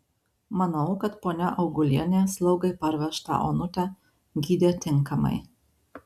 manau kad ponia augulienė slaugai parvežtą onutę gydė tinkamai